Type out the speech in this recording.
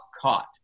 caught